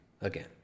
Again